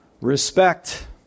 respect